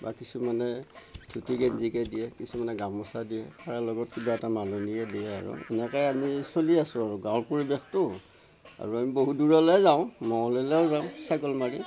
বা কিছুমানে ধুতি গেঞ্জীকে দিয়ে কিছুমানে গামোচা দিয়ে তাৰে লগত কিবা এটা মাননীয়ে দিয়ে আৰু এনেকৈ আমি চলি আছো আৰু গাঁৱৰ পৰিৱেশতো আৰু আমি বহুত দূৰলৈ যাওঁ মঙ্গলদৈলৈয়ো যাওঁ চাইকেল মাৰি